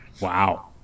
Wow